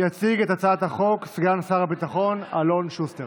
יציג את הצעת החוק סגן שר הביטחון אלון שוסטר.